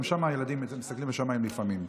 גם שם הילדים מסתכלים לשמיים לפעמים.